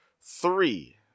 three